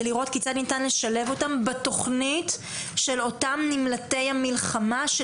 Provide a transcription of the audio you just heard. לראות כיצד ניתן לשלב אותן בתכנית של אותם נמלטי מלחמה.